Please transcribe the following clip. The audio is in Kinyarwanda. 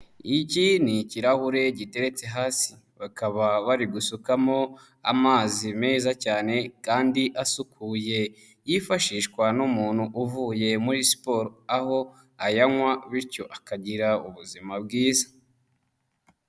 Iki ni ikirahure giteretse hasi, bakaba bari gusukamo amazi meza cyane kandi asukuye yifashishwa n'umuntu uvuye muri siporo, aho ayanywa bityo akagira ubuzima bwiza.